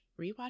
rewatch